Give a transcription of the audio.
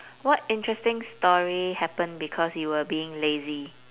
what interesting story happened because you were being lazy